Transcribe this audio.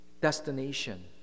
destination